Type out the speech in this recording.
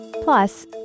Plus